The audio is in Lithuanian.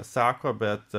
sako bet